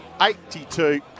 82